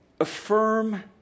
Affirm